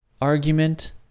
argument